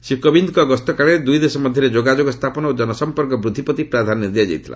ଶ୍ରୀ କୋବିନ୍ଦଙ୍କ ଗସ୍ତ କାଳରେ ଦୁଇ ଦେଶ ମଧ୍ୟରେ ଯୋଗାଯୋଗ ସ୍ଥାପନ ଓ ଜନସମ୍ପର୍କ ବୃଦ୍ଧି ପ୍ରତି ପ୍ରାଧାନ୍ୟ ଦିଆଯାଇଥିଲା